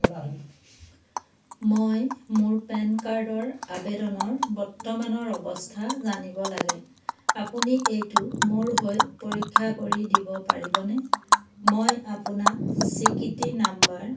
মই মোৰ পেন কাৰ্ডৰ আবেদনৰ বৰ্তমানৰ অৱস্থা জানিব লাগে আপুনি এইটো মোৰ হৈ পৰীক্ষা কৰি দিব পাৰিবনে মই আপোনাক স্বীকৃতি নাম্বাৰ